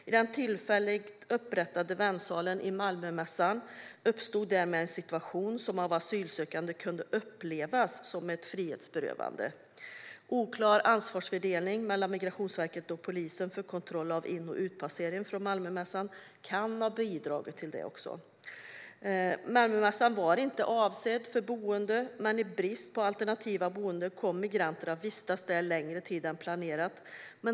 I den tillfälligt upprättade väntsalen i Malmömässan uppstod därmed en situation som av asylsökande kunde upplevas som ett frihetsberövande. Oklar ansvarsfördelning mellan Migrationsverket och polisen för kontroll av in och utpassering från Malmömässan kan också ha bidragit till detta. Malmömässan var inte avsedd för boende, men i brist på alternativa boenden kom migranter att vistas där längre tid än planerat.